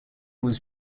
was